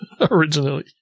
originally